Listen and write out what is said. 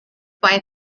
wife